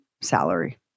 salary